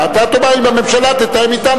ואתה תאמר: אם הממשלה תתאם אתנו,